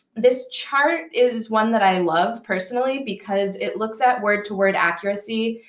this chart is one that i love, personally, because it looks at word-to-word accuracy.